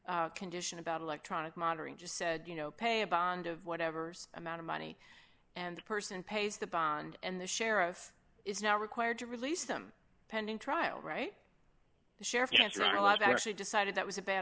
the condition about electronic monitoring just said you know pay a bond of whatever amount of money and the person pays the bond and the sheriff is now required to release them pending trial right sheriff yes we are a lot of actually decided that was a bad